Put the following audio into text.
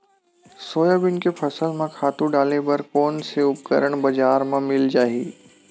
Soybean के फसल म खातु डाले बर कोन से उपकरण बजार म मिल जाहि?